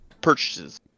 purchases